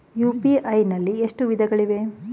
UPI ನಲ್ಲಿ ಎಷ್ಟು ವಿಧಗಳಿವೆ?